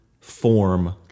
form